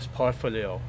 portfolio